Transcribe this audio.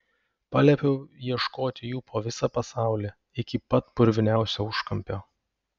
paliepiau ieškoti jų po visą pasaulį iki pat purviniausio užkampio